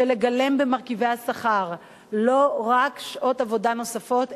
זה לגלם במרכיבי השכר לא רק שעות עבודה נוספות,